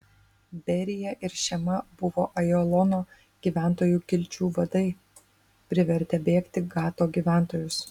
berija ir šema buvo ajalono gyventojų kilčių vadai privertę bėgti gato gyventojus